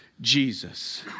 Jesus